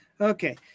Okay